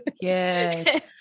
Yes